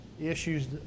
issues